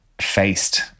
faced